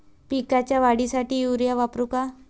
पिकाच्या वाढीसाठी युरिया वापरू का?